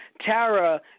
Tara